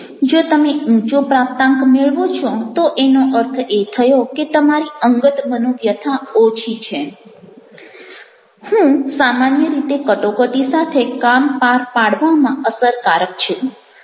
જો તમે ઊંચો પ્રાપ્તાંક મેળવો છો તો એનો અર્થ એ થયો કે તમારી અંગત મનોવ્યથા ઓછી છે હું સામાન્ય રીતે કટોકટી સાથે કામ પાર પાડવામાં અસરકારક છું